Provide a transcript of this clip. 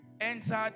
entered